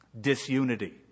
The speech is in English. disunity